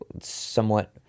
somewhat